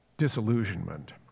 disillusionment